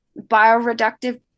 bioreductive